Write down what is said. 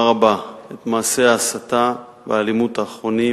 רבה את מעשי ההסתה והאלימות האחרונים